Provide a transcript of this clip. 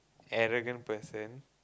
arrogant person